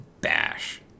bash